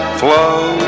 flow